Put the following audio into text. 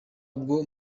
bwo